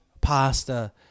pasta